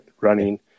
running